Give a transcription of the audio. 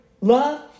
Love